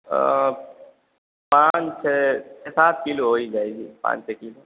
पाँच छः सात किलो हो ही जाएगी पाँच छः किलो